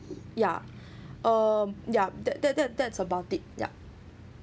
yeah uh yup that that that that's about it yeah